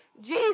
Jesus